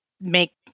make